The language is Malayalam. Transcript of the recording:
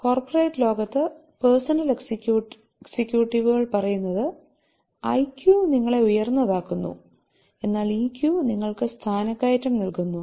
കോർപ്പറേറ്റ് ലോകത്ത് പേഴ്സണൽ എക്സിക്യൂട്ടീവുകൾ പറയുന്നത് ഐക്യു നിങ്ങളെ ഉയർന്നതാക്കുന്നു എന്നാൽ ഇക്യു നിങ്ങൾക്ക് സ്ഥാനക്കയറ്റം നൽകുന്നു